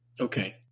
Okay